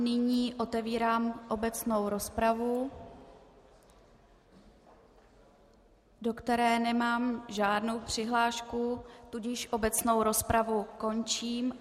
Nyní otevírám obecnou rozpravu, do které nemám žádnou přihlášku, tudíž obecnou rozpravu končím.